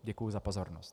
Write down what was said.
Děkuji za pozornost.